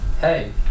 hey